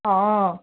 অঁ